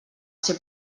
ser